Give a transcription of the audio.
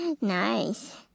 nice